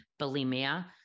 bulimia